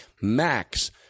max –